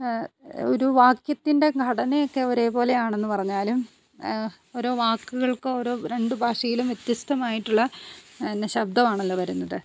ഒരു വാക്യത്തിൻ്റെ ഘടനയൊക്കെ ഒരേപോലെ ആണെന്ന് പറഞ്ഞാലും ഓരോ വാക്കുകൾക്ക് ഓരോ രണ്ട് ഭാഷയിലും വ്യത്യസ്തമായിട്ടുള്ള പിന്നെ ശബ്ദമാണല്ലോ വരുന്നത്